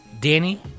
Danny